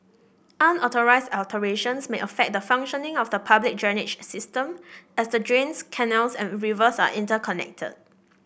unauthorised alterations may affect the functioning of the public drainage system as the drains canals and rivers are interconnected